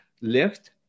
lift